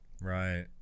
Right